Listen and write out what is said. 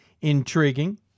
intriguing